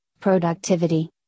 Productivity